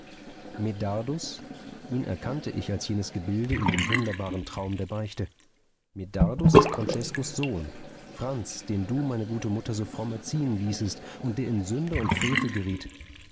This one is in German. medardus ihn erkannte ich als jenes gebilde in dem wunderbaren traum der beichte medardus ist franceskos sohn franz den du meine gute mutter so fromm erziehen ließest und der in sünde und frevel geriet